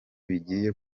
bigiye